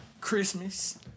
Christmas